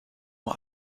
mal